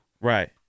Right